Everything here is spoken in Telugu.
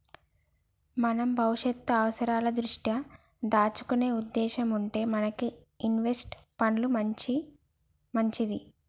మనం భవిష్యత్తు అవసరాల దృష్ట్యా దాచుకునే ఉద్దేశం ఉంటే మనకి ఇన్వెస్ట్ పండ్లు మంచిది